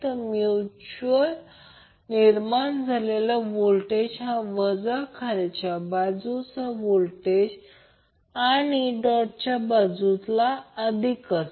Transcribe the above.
तर म्यूच्यूअल निर्माण झालेल्या व्होल्टेज हा वजा खालच्या बाजूला आणि डॉटच्या बाजूला अधिक आहे